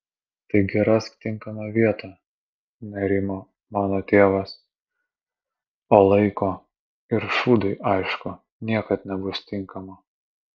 taigi rask tinkamą vietą nerimo mano tėvas o laiko ir šūdui aišku niekad nebus tinkamo